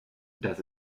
das